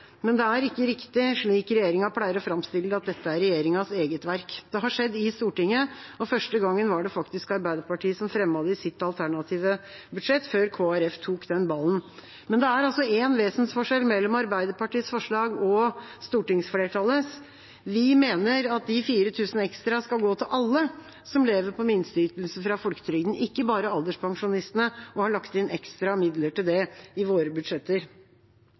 Men det er ikke riktig, slik regjeringa pleier å framstille det, at dette er regjeringas eget verk. Det har skjedd i Stortinget, og første gangen var det faktisk Arbeiderpartiet som fremmet det i sitt alternative budsjett, før Kristelig Folkeparti tok den ballen. Men det er én vesensforskjell mellom Arbeiderpartiets forslag og stortingsflertallets. Vi mener at de 4 000 ekstra skal gå til alle som lever på minsteytelser fra folketrygden, ikke bare alderspensjonistene, og har lagt inn ekstra midler til det i våre budsjetter.